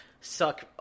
suck